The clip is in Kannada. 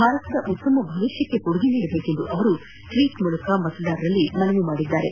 ಭಾರತದ ಉತ್ತಮ ಭವಿಷ್ಯಕ್ಕೆ ಕೊಡುಗೆ ನೀಡಬೇಕೆಂದು ಅವರು ಟ್ವೀಟ್ ಮೂಲಕ ಮತದಾರರಲ್ಲಿ ಮನವಿ ಮಾಡಿದ್ದಾರೆ